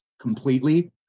completely